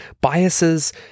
biases